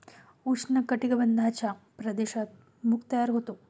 उष्ण कटिबंधाच्या प्रदेशात मूग तयार होते